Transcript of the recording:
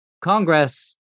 Congress